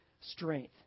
strength